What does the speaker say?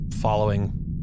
following